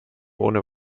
ohne